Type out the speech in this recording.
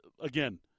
again